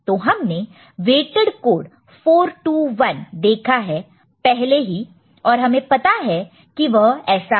तो हमने weighted code 4 2 1 देखा है पहले ही और हमें पता है कि वह ऐसा है